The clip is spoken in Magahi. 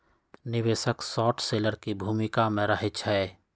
निवेशक शार्ट सेलर की भूमिका में रहइ छै